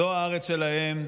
זו הארץ שלהם,